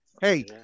hey